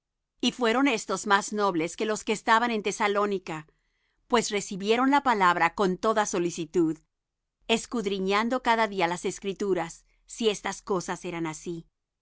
y fueron estós más nobles que los que estaban en tesalónica pues recibieron la palabra con toda solicitud escudriñando cada día las escrituras si estas cosas eran así